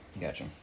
Gotcha